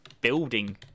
building